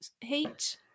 heat